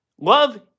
Love